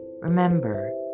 Remember